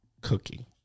Cooking